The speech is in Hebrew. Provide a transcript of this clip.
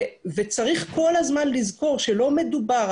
וצריך כל הזמן לזכור שלא מדובר,